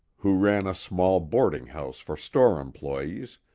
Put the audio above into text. who ran a small boarding-house for store employees,